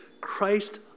Christ